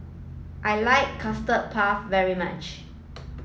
I like custard puff very much